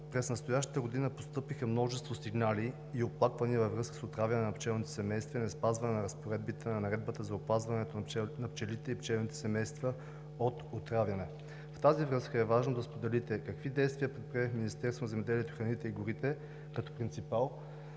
През настоящата година постъпиха множество сигнали и оплаквания във връзка с отравяне на пчелни семейства и неспазване на разпоредбите на Наредбата за опазването на пчелите и пчелните семейства от отравяне. В тази връзка е важно да споделите какви действия предприе Министерството